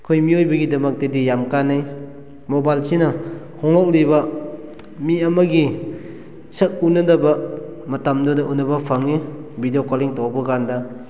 ꯑꯩꯈꯣꯏ ꯃꯤꯑꯣꯏꯕꯒꯤꯗꯃꯛꯇꯗꯤ ꯌꯥꯝ ꯀꯥꯟꯅꯩ ꯃꯣꯕꯥꯏꯜꯁꯤꯅ ꯍꯣꯡꯂꯛꯂꯤꯕ ꯃꯤ ꯑꯃꯒꯤ ꯁꯛ ꯎꯅꯗꯕ ꯃꯇꯝꯗꯨꯗ ꯎꯅꯕ ꯐꯪꯉꯤ ꯚꯤꯗꯤꯑꯣ ꯀꯣꯂꯤꯡ ꯇꯧꯕꯀꯥꯟꯗ